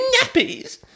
nappies